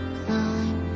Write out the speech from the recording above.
climb